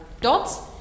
dots